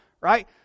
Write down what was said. right